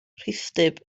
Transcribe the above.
rhithdyb